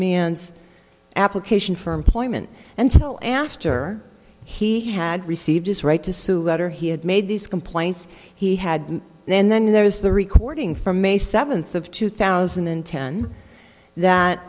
man's application for employment until after he had received his right to sue letter he had made these complaints he had then then there is the recording from may seventh of two thousand and ten that